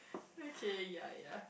okay ya ya